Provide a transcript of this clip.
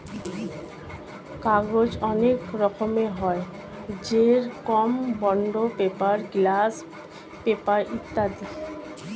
কাগজ অনেক রকমের হয়, যেরকম বন্ড পেপার, গ্লাস পেপার ইত্যাদি